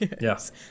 Yes